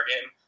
game